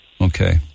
Okay